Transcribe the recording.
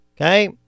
okay